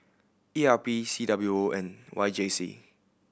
E R P C W O and Y J C